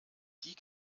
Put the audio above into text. die